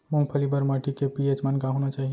मूंगफली बर माटी के पी.एच मान का होना चाही?